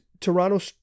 Toronto